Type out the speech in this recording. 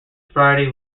friday